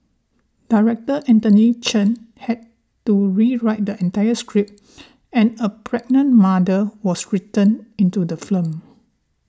director Anthony Chen had to rewrite the entire script and a pregnant mother was written into the film